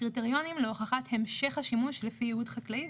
קריטריונים להוכחת המשך השימוש לפי ייעוד חקלאי,